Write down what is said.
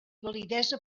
validesa